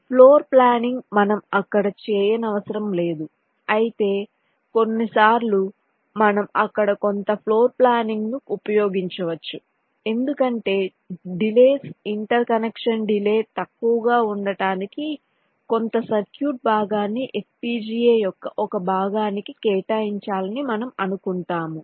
floorplanning మనం అక్కడ చేయనవసరం లేదు అయితే కొన్నిసార్లు మనం అక్కడ కొంత ఫ్లోర్ప్లానింగ్ను ఉపయోగించవచ్చు ఎందుకంటే డిలెస్ ఇంటర్ కనెక్షన్ డిలే తక్కువగా ఉండటానికి కొంత సర్క్యూట్ భాగాన్ని FPGA యొక్క ఒక భాగానికి కేటాయించాలని మనం అనుకుంటాము